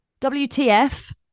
WTF